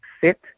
sit